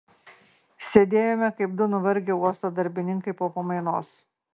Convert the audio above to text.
sėdėjome kaip du nuvargę uosto darbininkai po pamainos